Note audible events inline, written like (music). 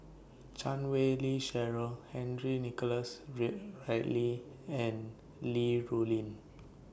Chan Wei Ling Cheryl Henry Nicholas (unintelligible) and Li Rulin